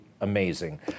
amazing